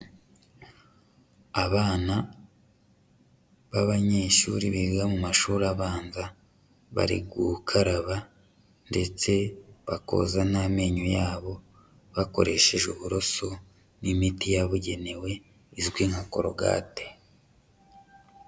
Abana b'abanyeshuri biga mu mashuri abanza, bari gukaraba ndetse bakoza n'amenyo yabo bakoresheje uburoso n'imiti yabugenewe izwi nka korogate.